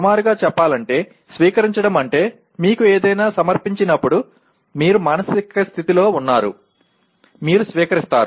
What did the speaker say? సుమారుగా చెప్పాలంటే 'స్వీకరించడం' అంటే మీకు ఏదైనా సమర్పించినప్పుడు మీరు మానసిక స్థితిలో ఉన్నారు మీరు స్వీకరిస్తున్నారు